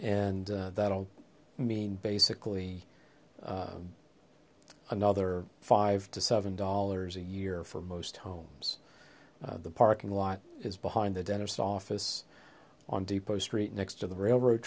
and that will mean basically another five to seven dollars a year for most homes the parking lot is behind the dentist office on depot street next to the railroad